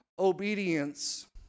obedience